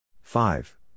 Five